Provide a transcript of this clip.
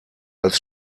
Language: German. als